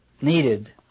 needed